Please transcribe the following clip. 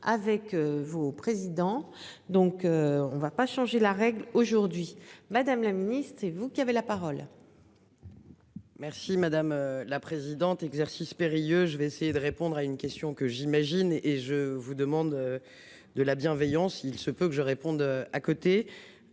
avec vos président. Donc on ne va pas changer la règle aujourd'hui Madame la Ministre et vous qui avez la parole. Merci madame la présidente, exercice périlleux. Je vais essayer de répondre à une question que j'imagine et je vous demande. De la bienveillance, il se peut que je réponde à côté